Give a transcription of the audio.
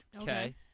Okay